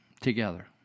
together